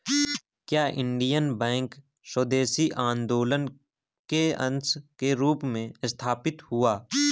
क्या Indian Bank स्वदेशी आंदोलन के अंश के रूप में स्थापित हुआ?